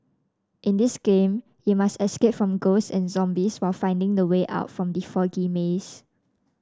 in this game you must escape from ghosts and zombies while finding the way out from the foggy maze